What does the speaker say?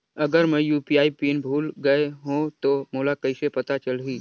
अगर मैं UPI PIN भुल गये हो तो मोला कइसे पता चलही?